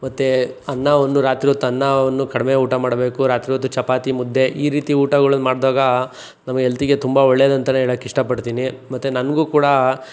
ಮತ್ತೆ ಅನ್ನವನ್ನು ರಾತ್ರಿ ಹೊತ್ತು ಅನ್ನವನ್ನು ಕಡಿಮೆ ಊಟ ಮಾಡಬೇಕು ರಾತ್ರಿ ಹೊತ್ತು ಚಪಾತಿ ಮುದ್ದೆ ಈ ರೀತಿ ಊಟಗಳು ಮಾಡಿದಾಗ ನಮ್ಮ ಹೆಲ್ತ್ಗೆ ತುಂಬ ಒಳ್ಳೆಯದಂತಲೇ ಹೇಳೋಕ್ಕೆ ಇಷ್ಟಪಡ್ತೀನಿ ಮತ್ತೆ ನನಗೂ ಕೂಡ